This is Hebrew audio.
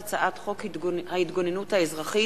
תיקונים להצעת חוק הליכי תכנון ובנייה להאצת